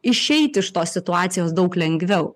išeiti iš tos situacijos daug lengviau